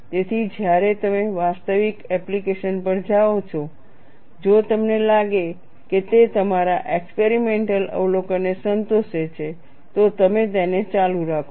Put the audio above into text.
તેથી જ્યારે તમે વાસ્તવિક એપ્લિકેશન પર જાઓ છો જો તમને લાગે કે તે તમારા એક્સપેરિમેન્ટલ અવલોકનને સંતોષે છે તો તમે તેને ચાલુ રાખો